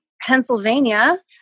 Pennsylvania